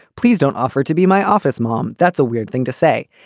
please don't offer to be my office mom. that's a weird thing to say.